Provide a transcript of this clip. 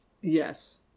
yes